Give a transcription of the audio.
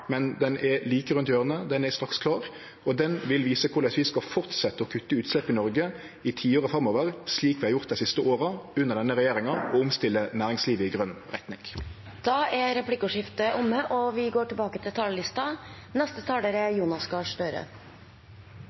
Men planen er like rundt hjørnet, han er straks klar, og han vil vise korleis vi skal halde fram med å kutte utslepp i Noreg i tiåret framover, slik vi har gjort dei siste åra under denne regjeringa, og omstille næringslivet i grøn retning. Replikkordskiftet er omme. De talerne som heretter får ordet, har en taletid på inntil 3 minutter. Dette er